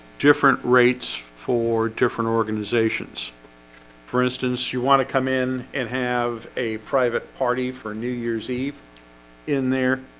different rates for different organizations for instance you want to come in and have a private party for new year's eve in there?